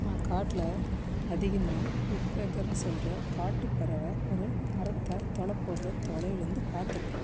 நான் காட்டில் அதிகமாக உட் பேக்கர்னு சொல்கிற காட்டுப் பறவை ஒரு மரத்தை துளை போடுகிறத தொலைவில் இருந்து பார்த்திருக்கேன்